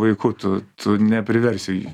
vaikų tu tu nepriversi